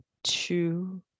Two